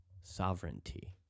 sovereignty